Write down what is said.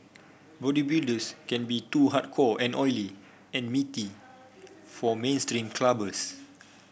bodybuilders can be too hardcore and oily and meaty for mainstream clubbers